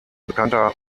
bekannter